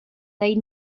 they